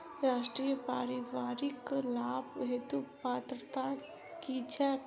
राष्ट्रीय परिवारिक लाभ हेतु पात्रता की छैक